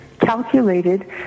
calculated